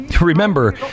Remember